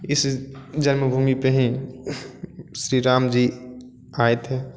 इसी जन्मभूमि पर ही श्री राम जी आए थे